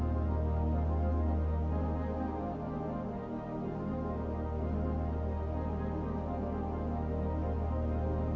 or